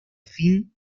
fin